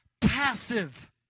passive